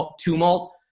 tumult